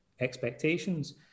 expectations